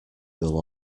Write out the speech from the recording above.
they’ll